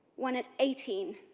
when at eighteen,